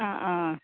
ആ ആ